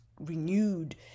renewed